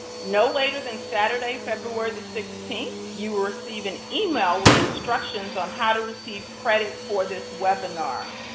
no later than saturday february sixteenth you will receive an email with instructions on how to receive credit for this webinar.